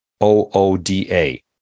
o-o-d-a